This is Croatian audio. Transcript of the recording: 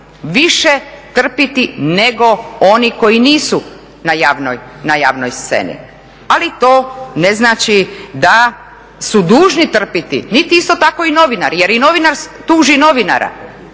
više trpiti nego oni koji nisu na javnoj sceni. Ali to ne znači da su dužni trpiti, niti isto tako i novinari jer i novinar tuži novinara,